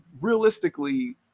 realistically